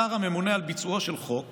שר הממונה על ביצועו של חוק